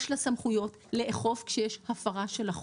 יש לה סמכויות לאכוף כשיש הפרה של החוק,